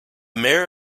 mayor